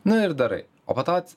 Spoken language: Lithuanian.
nu ir darai o po to